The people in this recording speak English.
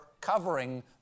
covering